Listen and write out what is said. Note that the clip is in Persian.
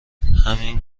همین